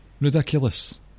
ridiculous